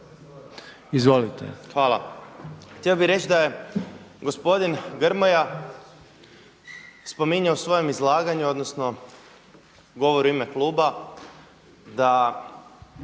zid)** Hvala. Htio bi reći da je gospodin Grmoja spominje u svojem izlaganju odnosno govori u ime kluba da